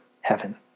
heaven